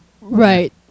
Right